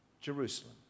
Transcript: Jerusalem